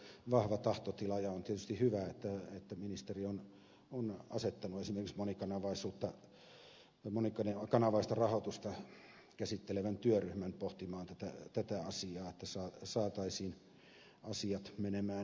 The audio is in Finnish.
tarvitaan vahva tahtotila ja on tietysti hyvä että ministeri on asettanut esimerkiksi monikanavaista rahoitusta käsittelevän työryhmän pohtimaan tätä asiaa että saataisiin asiat menemään eteenpäin